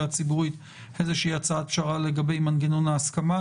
הציבורית איזושהי הצעת פשרה לגבי מנגנון ההסכמה,